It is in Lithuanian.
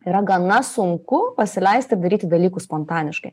yra gana sunku pasileisti daryti dalykus spontaniškai